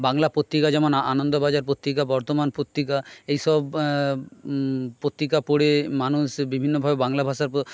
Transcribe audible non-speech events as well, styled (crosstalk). বাংলা পত্রিকা যেমন আনন্দবাজার পত্রিকা বর্তমান পত্রিকা এইসব পত্রিকা পড়ে মানুষ বিভিন্নভাবে বাংলা ভাষার (unintelligible)